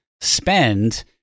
spend